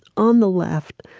on the left,